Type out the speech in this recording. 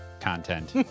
content